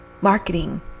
Marketing